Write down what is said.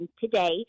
today